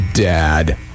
Dad